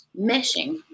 meshing